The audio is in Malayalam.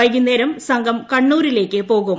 വൈകുന്നേരം സംഘം കണ്ണൂരിലേക്ക് പോകും